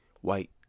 white